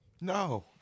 no